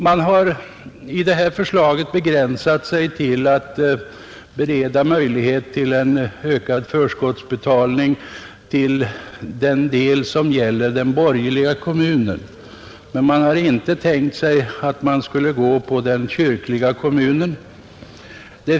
Man har i förslaget begränsat sig till att bereda möjlighet till en ökad förskottsutbetalning till den borgerliga kommunen och har inte tänkt sig att detta skulle gälla även den kyrkliga kommunen.